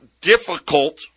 difficult